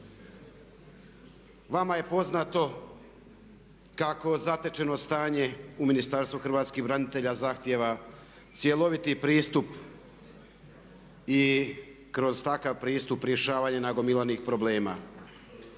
Vama je poznato kako zatečeno stanje u Ministarstvu hrvatskih branitelja zahtjeva cjeloviti pristup. I kroz takav pristup rješavanje nagomilanih problema.